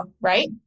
right